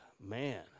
man